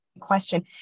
question